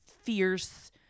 fierce